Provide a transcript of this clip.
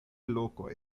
lokoj